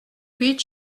huit